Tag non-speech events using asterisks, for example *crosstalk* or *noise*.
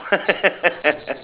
*laughs*